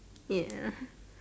ya